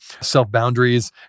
self-boundaries